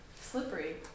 Slippery